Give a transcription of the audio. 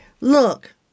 Look